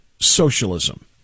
socialism